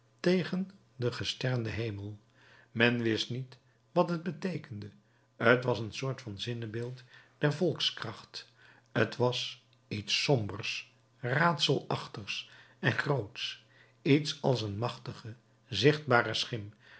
tegen den gesternden hemel men wist niet wat het beteekende t was een soort van zinnebeeld der volkskracht t was iets sombers raadselachtigs en grootsch iets als een machtige zichtbare schim